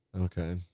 Okay